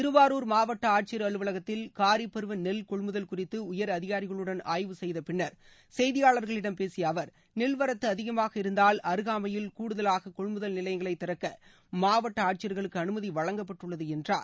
திருவாரூர் மாவட்ட ஆட்சியர் அலுவலகத்தில் காரிப்பருவ நெல் கொள்முதல் குறித்து உயர் அதிகாரிகளுடன் ஆய்வு செய்த பின்னா் செய்தியாளா்களிடம் பேசிய அவா் நெல்வரத்து அதிகமாக இருந்தால் அருகாமையில் கூடுதலாக கொள்முதல் நிலையங்களை திறக்க மாவட்ட ஆட்சியா்களுக்கு அனுமதி வழங்கப்பட்டுள்ளது என்றார்